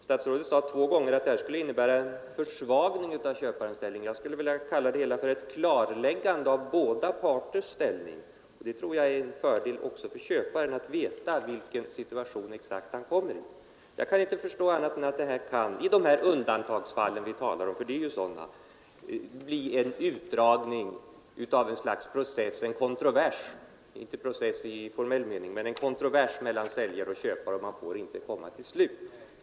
Statsrådet sade två gånger att det här skulle innebära en försvagning av köparens ställning. Jag skulle vilja säga att det är ett klarläggande av båda parters ställning. Jag tror att det är till fördel också för köparen att exakt veta vilken situation han hamnar i. Jag kan inte förstå annat än att detta i de undantagsfall vi talar om — det gäller bara sådana — kommer att medföra en utdragning av kontroverser mellan säljare och köpare; man kommer inte till något slut.